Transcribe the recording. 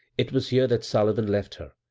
it was here that sullivan left her,